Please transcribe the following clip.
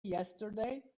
yesterday